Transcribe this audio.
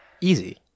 Easy